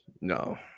No